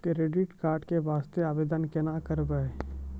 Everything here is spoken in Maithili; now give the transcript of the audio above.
क्रेडिट कार्ड के वास्ते आवेदन केना करबै?